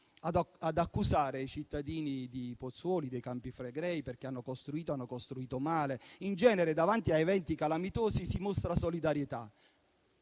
ad accusare i cittadini di Pozzuoli e dei Campi Flegrei, perché hanno costruito ed hanno costruito male. In genere, davanti a eventi calamitosi, si mostra solidarietà.